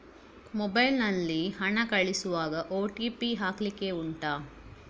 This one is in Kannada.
ಮೊಬೈಲ್ ನಲ್ಲಿ ಹಣ ಕಳಿಸುವಾಗ ಓ.ಟಿ.ಪಿ ಹಾಕ್ಲಿಕ್ಕೆ ಉಂಟಾ